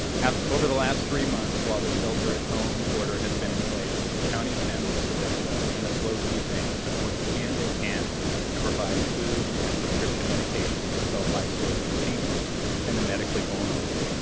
over the last three months, while the shelter-at-home order has been in place, the county of san luis obispo and the slo food bank have worked hand in hand to provide food and prescription medication for self-isolating seniors and the medically vulnerable.